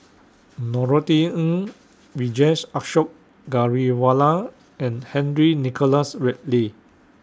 Norothy Ng Vijesh Ashok Ghariwala and Henry Nicholas Ridley